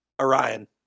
Orion